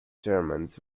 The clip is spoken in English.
germans